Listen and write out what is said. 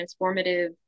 transformative